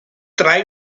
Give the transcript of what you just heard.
drei